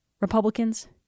Republicans